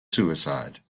suicide